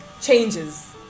changes